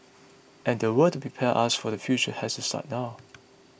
and the work to prepare us for the future has to start now